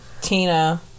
Tina